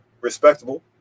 respectable